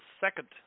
second